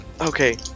Okay